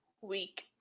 week